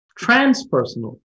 transpersonal